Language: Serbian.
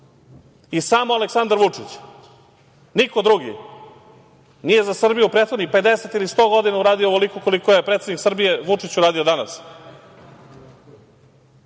i samo Aleksandar Vučić, niko drugi. Nije za Srbiju prethodnih 50 ili 100 godina uradio ovoliko koliko je predsednik Srbije Vučić uradio danas.